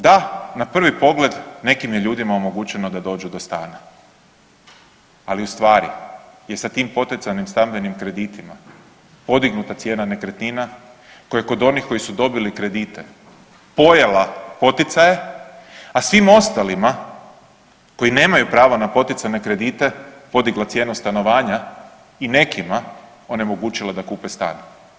Da, na prvi pogled nekim je ljudima omogućeno da dođu do stana, ali u stvari je sa tim poticajnim stambenim kreditima podignuta cijena nekretnina koja je kod onih koji su dobili kredite pojela poticaje, a svim ostalima koji nemaju pravo na poticajne kredite podigla cijenu stanovanja i nekima onemogućila da kupe stan.